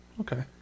Okay